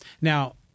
Now